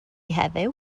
heddiw